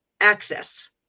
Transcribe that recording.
access